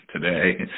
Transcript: today